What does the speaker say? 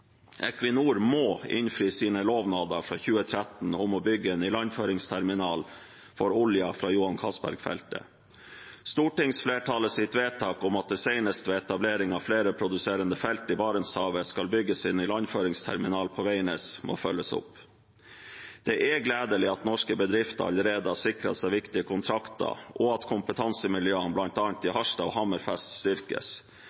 Equinor må innfri sine lovnader for 2013 om å bygge en ilandføringsterminal for oljen fra Johan Castberg-feltet. Stortingsflertallets vedtak om at det senest ved etablering av flere produserende felt i Barentshavet skal bygges en ilandføringsterminal på Veidnes, må følges opp. Det er gledelig at norske bedrifter allerede har sikret seg viktige kontrakter, og at kompetansemiljøene bl.a. i